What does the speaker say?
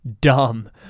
Dumb